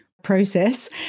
Process